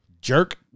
jerk